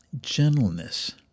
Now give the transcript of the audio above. gentleness